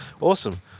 Awesome